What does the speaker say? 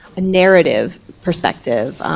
a narrative perspective,